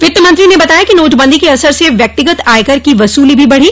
वित्त मंत्री ने बताया कि नोटबंदी के असर से व्यक्तिगत आयकर की वसूली भी बड़ी